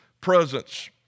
Presence